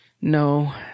No